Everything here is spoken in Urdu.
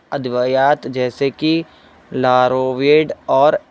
ادویات جیسے کہ لاروویڈ اور